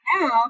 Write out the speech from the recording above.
now